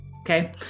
Okay